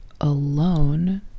alone